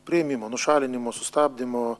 priėmimo nušalinimo sustabdymo